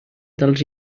dels